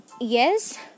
Yes